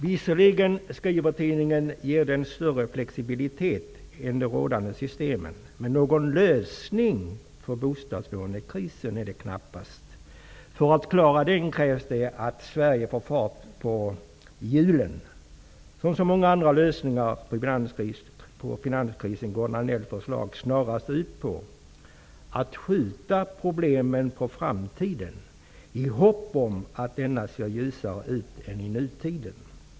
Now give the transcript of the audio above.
''Visserligen'', fortsätter tidningen, ''ger det en större flexibilitet än de rådande systemen. Men någon lösning för bostadslånekrisen är det knappast. För att klara den krävs att Sverige får fart på hjulen. Som så många andra ''lösningar' på finanskrisen går Danells förslag snarast ut på att skjuta problemen på framtiden i hopp om att denna ser ljusare ut än nutiden.''